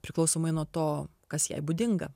priklausomai nuo to kas jai būdinga